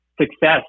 success